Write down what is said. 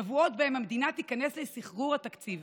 שבועות שבהם המדינה תיכנס לסחרור התקציב.